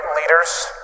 leaders